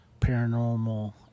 paranormal